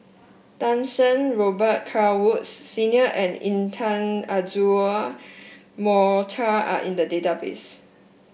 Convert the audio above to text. Tan Shen Robet Carr Woods Senior and Intan Azura Mokhtar are in the database